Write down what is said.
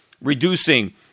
reducing